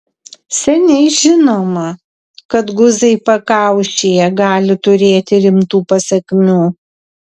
seniai žinoma kad guzai pakaušyje gali turėti rimtų pasekmių